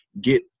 get